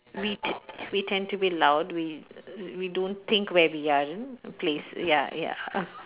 we t~ we tend be loud we we don't think where we are in place ya ya